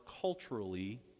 culturally